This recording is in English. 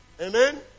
Amen